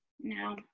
No